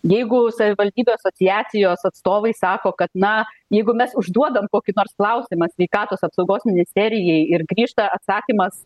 jeigu savivaldybių asociacijos atstovai sako kad na jeigu mes užduodam kokį nors klausimą sveikatos apsaugos ministerijai ir grįžta atsakymas